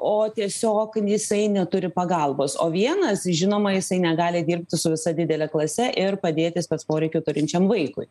o tiesiog jisai neturi pagalbos o vienas žinoma jisai negali dirbti su visa didele klase ir padėti spec poreikių turinčiam vaikui